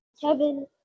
Kevin